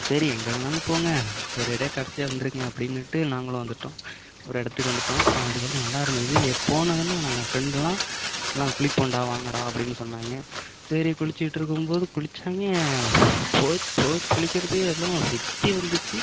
சரி எங்க வேணாலும் போங்கள் ஒரேடியாக கடைசியாக வந்துடுங்க அப்படின்னுட்டு நாங்களும் வந்துவிட்டோம் ஒரு இடத்துக்கு வந்துவிட்டோம் அதுக்கப்புறம் நல்லாயிருந்தது எப்போனாங்குனா நாங்கள் ஃப்ரெண்டுலாம் எல்லாம் குளிப்போம்ண்டா வாங்கடா அப்டின்னு சொன்னாங்க சரி குளிச்சிட்ருக்கும் போது குளிச்சாங்க போய் குளிக்கிறதுக்கு எல்லாம் சுற்றி வந்துச்சு